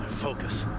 focus.